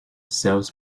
sales